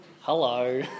Hello